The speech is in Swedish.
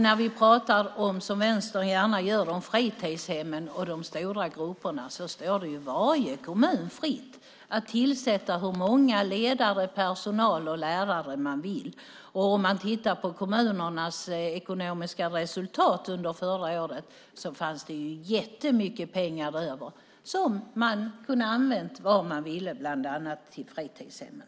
När vi, som vänstern gärna gör, pratar om fritidshemmen och de stora grupperna vill jag säga att det står varje kommun fritt att tillsätta hur många ledare, fritidspersonal och lärare de vill. Om man tittar på kommunernas ekonomiska resultat under förra året ser man att det fanns jättemycket pengar över som de kunnat använda till vad de ville, bland annat till fritidshemmen.